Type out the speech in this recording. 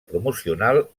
promocional